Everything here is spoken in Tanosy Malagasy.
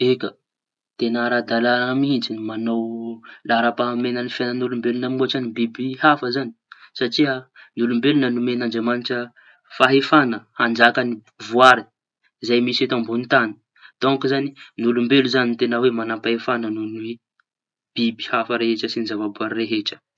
Eka, teña ara-dalaña mihitsy ny mañao laharam-pahamehaña ny fiañan'olombeloña mihôtry ny biby hafa zañy. Satria ny olombeloña nomen'Andriamañitra fahefaña hanjaka amiñy voary zay misy eto ambonin-tañy. Donko zañy ny olombeloña teña hoe mañam-pahefaña amiñy biby hafa rehetra sy ny zava-boahary rehetra.